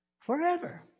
Forever